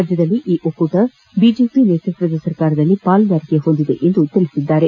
ರಾಜ್ಯದಲ್ಲಿ ಈ ಒಕ್ಕೂಟವು ಬಿಜೆಪಿ ನೇತೃತ್ವದ ಸರ್ಕಾರದಲ್ಲಿ ಪಾಲುದಾರಿಕೆ ಹೊಂದಿದೆ ಎಂದು ತಿಳಿಸಿದರು